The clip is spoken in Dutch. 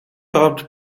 bouwt